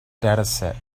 dataset